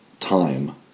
time